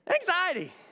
Anxiety